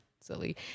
silly